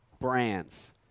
brands